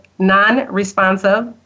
non-responsive